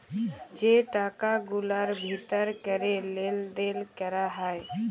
যে টাকা গুলার ভিতর ক্যরে লেলদেল ক্যরা হ্যয়